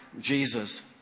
Jesus